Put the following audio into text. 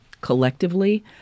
collectively